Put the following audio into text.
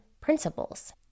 principles